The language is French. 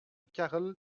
karel